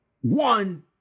one